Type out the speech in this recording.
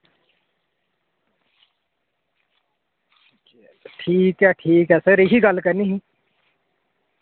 ठीक ऐ ठीक ऐ सर एही गल्ल करनी ही